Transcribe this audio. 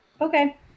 Okay